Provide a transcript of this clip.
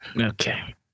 Okay